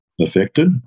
affected